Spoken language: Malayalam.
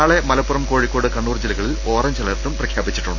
നാളെ മലപ്പുറം കോഴിക്കോട് കണ്ണൂർ ജില്ലകളിൽ ഓറഞ്ച് അലർട്ടും പ്രഖ്യാപിച്ചു